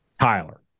Tyler